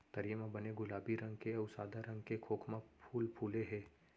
तरिया म बने गुलाबी रंग के अउ सादा रंग के खोखमा फूल फूले हे